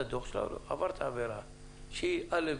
עברת עבירה שהיא א',